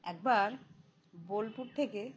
একবার বোলপুর থেকে